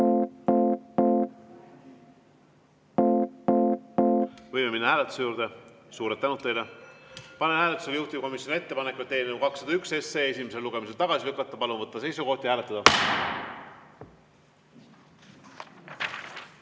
Võime minna hääletuse juurde. Suur tänu teile! Panen hääletusele juhtivkomisjoni ettepaneku eelnõu 201 esimesel lugemisel tagasi lükata. Palun võtta seisukoht ja hääletada!